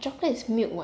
chocolate is milk [what]